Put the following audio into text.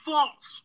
False